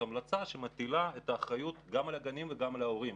המלצה שמטילה את האחריות גם על הגנים וגם על ההורים.